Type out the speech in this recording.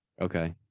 Okay